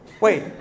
Wait